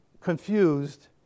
confused